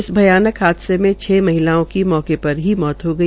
इस भयानक हादसे में छ महिलाओं की मौके पर ही मौत हो गई